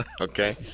Okay